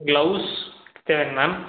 gloves தேவைங்க ma'am